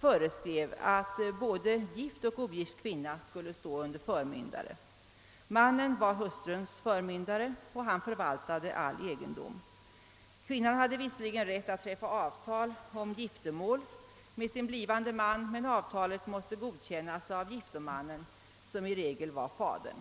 föreskrevs att både gift och ogift kvinna skulle stå under förmyndare. Mannen var hustruns förmyndare och förvaltade all egendom. Kvinnan hade visserligen rätt att träffa avtal om giftermål med sin blivande man, men avtalet måste godkännas av giftomannen, som i regel var hennes far.